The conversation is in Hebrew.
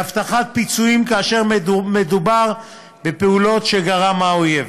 להבטחת פיצויים כאשר מדובר בפעולות שגרם האויב.